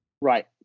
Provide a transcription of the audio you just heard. Right